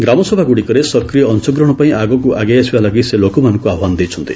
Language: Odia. ଗ୍ରାମସଭାଗୁଡ଼ିକରେ ସକ୍ରିୟ ଅଂଶଗ୍ରହଣ ପାଇଁ ଆଗକୁ ଆଗେଇ ଆସିବା ଲାଗି ସେ ଲୋକମାନଙ୍କୁ ଆହ୍ୱାନ ଦେଇଛନ୍ତି